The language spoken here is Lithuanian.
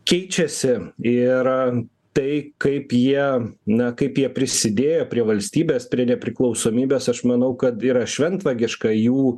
keičiasi ir tai kaip jie na kaip jie prisidėjo prie valstybės prie nepriklausomybės aš manau kad yra šventvagiška jų